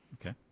Okay